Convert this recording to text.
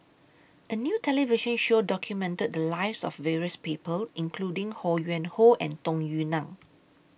A New television Show documented The Lives of various People including Ho Yuen Hoe and Tung Yue Nang